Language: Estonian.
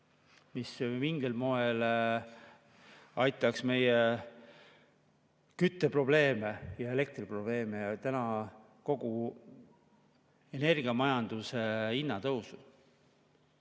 mis mingil moel aitaks meie kütteprobleeme ja elektriprobleeme ja täna kogu energiamajanduse hinnatõusu